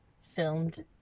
filmed